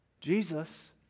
Jesus